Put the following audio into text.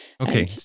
Okay